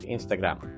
Instagram